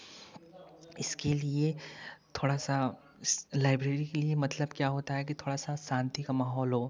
इसके लिए थोड़ा सा लाइब्रेरी के लिए मतलब क्या होता है कि थोड़ा सा शांति का माहौल हो